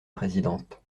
présidente